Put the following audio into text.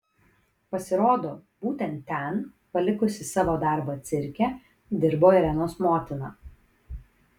pasirodo būtent ten palikusi savo darbą cirke dirbo irenos motina